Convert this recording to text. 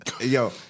yo